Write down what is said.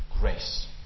grace